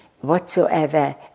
whatsoever